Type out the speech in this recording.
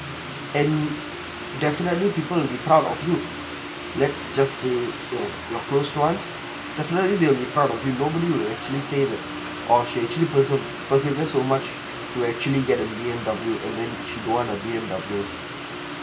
and definitely people will be proud of you let's just say your your ones definitely they will be proud of you normally will actually say that or she actually perser~ persevere so much to actually get a B_M_W and then she don't want a B_M_W